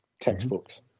Textbooks